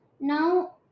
now